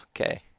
okay